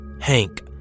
Hank